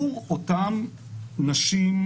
עו"ד דיין,